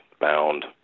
bound